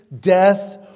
death